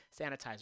sanitizer